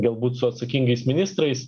galbūt su atsakingais ministrais